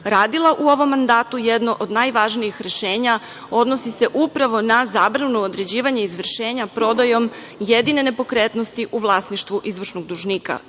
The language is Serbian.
radila u ovom mandatu, jedno od najvažnijih rešenja odnosi se upravo na zabranu određivanja izvršenja prodajom jedine nepokretnosti u vlasništvu izvršnog dužnika,